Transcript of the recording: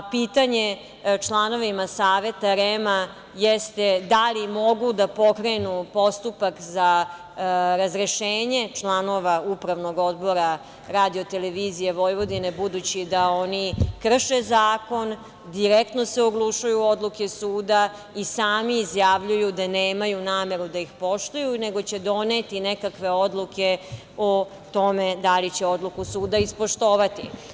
Pitanje članovima Saveta REM jeste da li mogu da pokrenu postupak za razrešenje članova Upravnog odbora RTV, budući da oni krše zakon, direktno se oglušuju o odluke suda i sami izjavljuju da nemaju nameru da ih poštuju, nego će doneti nekakve odluke o tome da li će odluku suda ispoštovati?